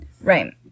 Right